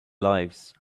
lives